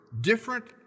different